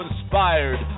inspired